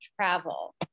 travel